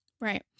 Right